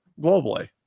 globally